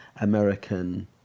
American